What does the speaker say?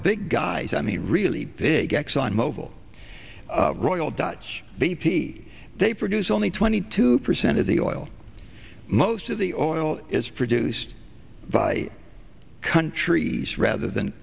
big guys on the really big exxon mobil royal dutch b p they produce only twenty two percent of the oil most of the oil is produced by countries rather than